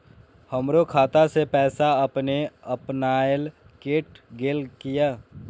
हमरो खाता से पैसा अपने अपनायल केट गेल किया?